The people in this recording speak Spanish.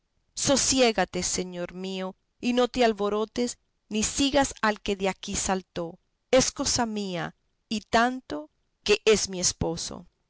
diciéndole sosiégate señor mío y no te alborotes ni sigas al que de aquí saltó es cosa mía y tanto que es mi esposo